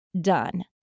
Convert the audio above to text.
done